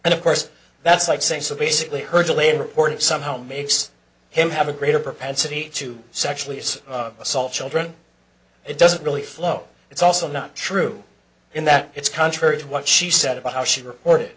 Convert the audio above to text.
and of course that's like saying so basically her delayed reporting somehow makes him have a greater propensity to sexualise assault children it doesn't really flow it's also not true in that it's contrary to what she said about how she reported